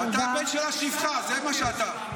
אתה יכול להיות השטיח ואתה תישאר השטיח שלנו,